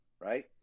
right